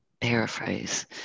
paraphrase